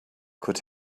could